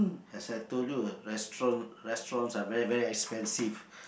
as I told you ah restaurant restaurants are very very expensive